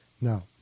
Now